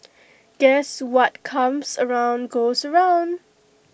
guess what comes around goes around